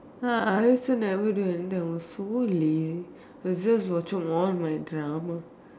ah I also never do anything I was so lazy was just watching all my drama